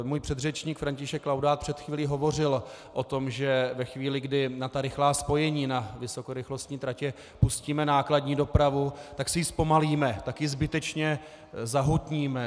Můj předřečník František Laudát před chvílí hovořil o tom, že ve chvíli, kdy na ta rychlá spojení, na vysokorychlostní tratě pustíme nákladní dopravu, tak si ji zpomalíme, tak ji zbytečně zahutníme, zahustíme.